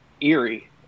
eerie